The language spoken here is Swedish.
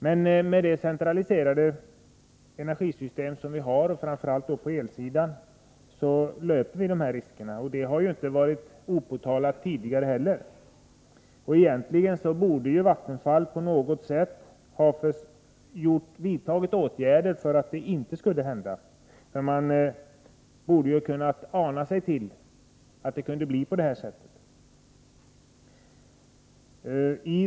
Men med det centraliserade energisystem som vi har, framför allt på elsidan, löper vi dessa risker, och det har inte varit opåtalat tidigare. Egentligen borde Vattenfall på något sätt ha vidtagit åtgärder för att det inte skulle kunna hända. Vattenfall borde kunnat ana sig till att det kunde bli på detta sätt.